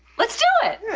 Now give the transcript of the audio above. let's do it.